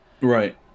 Right